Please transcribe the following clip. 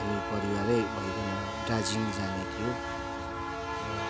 हामी परिवारै भइकन दार्जिलिङ जाने थियो र